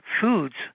foods